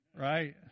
Right